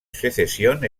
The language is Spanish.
secesión